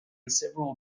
several